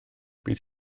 bydd